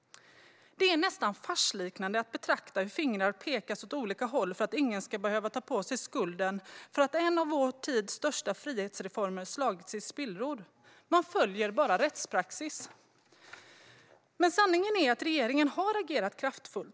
Det är nästan farsliknande att betrakta hur fingrar pekas åt olika håll för att ingen ska behöva ta på sig skulden för att en av vår tids största frihetsreformer har slagits i spillror. Man följer bara rättspraxis. Sanningen är dock att regeringen har agerat kraftfullt.